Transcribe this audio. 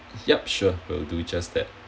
yup sure we'll do just that